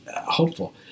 hopeful